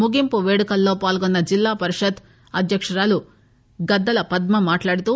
ముగింపు పేడుకల్లో పాల్గొన్న జిల్లా పరిషత్ అధ్యకురాలు గద్దల పద్మ మాట్లాడుతూ